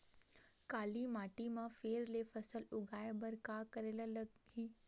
काली माटी म फेर ले फसल उगाए बर का करेला लगही?